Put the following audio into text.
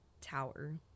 tower